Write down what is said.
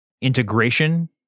integration